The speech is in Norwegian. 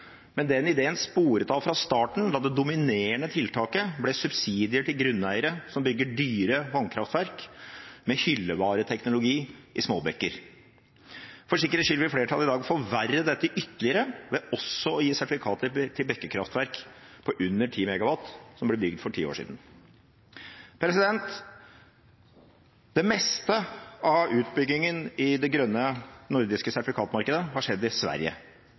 Men den ideen sporet av fra starten, da det dominerende tiltaket ble subsidier til grunneiere som bygger dyre vannkraftverk med hyllevareteknologi i små bekker. For sikkerhets skyld vil flertallet i dag forverre dette ytterligere ved også å gi sertifikater til bekkekraftverk på under 10 MW som ble bygd for ti år siden. Det meste av utbyggingen i det grønne nordiske sertifikatmarkedet har skjedd i Sverige.